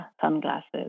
sunglasses